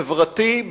חברתי,